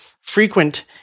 frequent